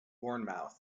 bournemouth